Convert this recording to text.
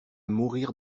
mourir